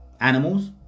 animals